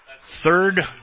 third